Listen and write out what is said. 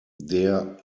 der